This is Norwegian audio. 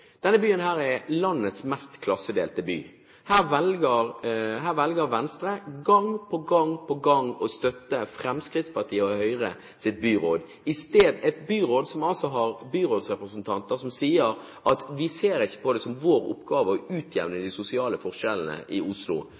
denne byen. Denne byen er landets mest klassedelte by. Her velger Venstre gang på gang på gang å støtte Fremskrittspartiet og Høyres byråd – et byråd som har byrådsrepresentanter som sier at de ser ikke på det som sin oppgave å utjevne de sosiale forskjellene i Oslo.